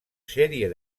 sèrie